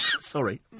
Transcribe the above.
Sorry